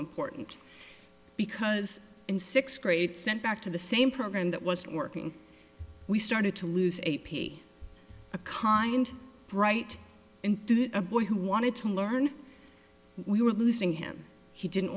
important because in sixth grade sent back to the same program that wasn't working we started to lose a p a kind bright and do a boy who wanted to learn we were losing him he didn't